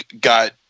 got